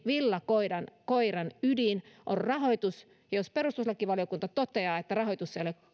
villakoiran ydin on rahoitus jos perustuslakivaliokunta toteaa että rahoitus ei ole